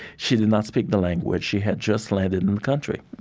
she did not speak the language. she had just landed in the country